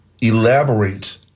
elaborate